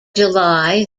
july